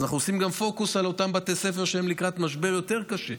אנחנו עושים גם פוקוס על אותם בתי ספר שהם לקראת משבר יותר קשה.